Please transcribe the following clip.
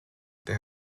there